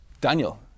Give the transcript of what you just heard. Daniel